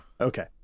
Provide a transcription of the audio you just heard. Okay